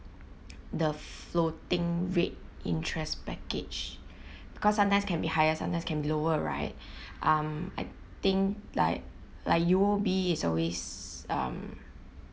the floating rate interest package because sometimes can be higher sometimes can be lower right um I think like like U_O_B is always um